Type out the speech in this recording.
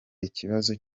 ikibazo